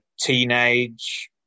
teenage